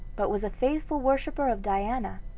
but was a faithful worshipper of diana,